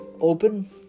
open